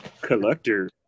Collector